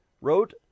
wrote